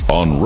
on